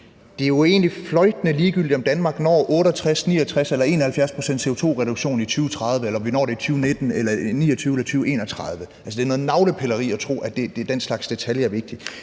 at det jo egentlig er fløjtende ligegyldigt, om Danmark når 68, 69 eller 71 pct.s CO2-reduktion i 2030, eller om vi når det i 2029 eller 2031. Det er noget navlepilleri at tro, at den slags detaljer er vigtige.